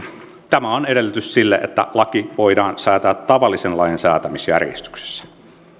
tämä on edellytys sille että laki voidaan säätää tavallisen lain säätämisjärjestyksessä